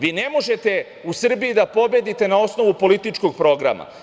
Vi ne možete u Srbiji da pobedite na osnovu političkog programa.